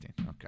Okay